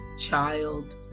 child